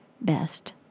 best